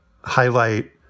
highlight